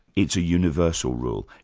it's a universal rule.